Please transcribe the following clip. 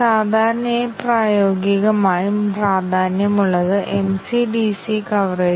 ഇനി നമുക്ക് ഒരു പാതയുടെ ഡെഫിനീഷൻ നോക്കാം